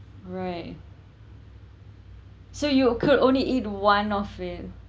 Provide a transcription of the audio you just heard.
right so you could only eat one of it